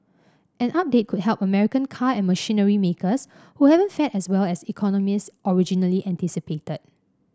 an update could help American car and machinery makers who haven't fared as well as economists originally anticipated